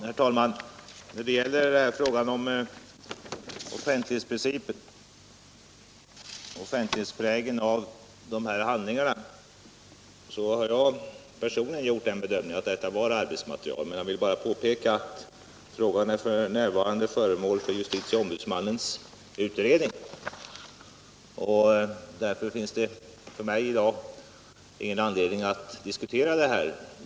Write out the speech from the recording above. Herr talman! När det gäller frågan om offentlighetsprägeln hos de här handlingarna, så har jag personligen gjort den bedömningen att detta var arbetsmaterial. Men jag vill påpeka att frågan f.n. är föremål för justitieombudsmannens utredning, och därför har jag i dag inte anledning att diskutera saken.